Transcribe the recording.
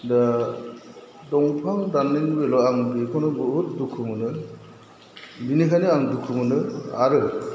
दा दंफां दाननायनि बेलायाव आं बेखौनो बुहुत दुखु मोनो बिनिखायनो आं दुखु मोनो आरो